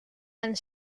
and